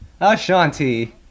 Ashanti